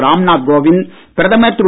ராம்நாத் கோவிந்த் பிரதமர் திரு